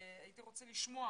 הייתי רוצה לשמוע